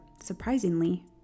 surprisingly